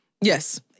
Yes